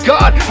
God